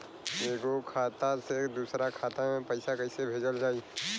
एगो खाता से दूसरा खाता मे पैसा कइसे भेजल जाई?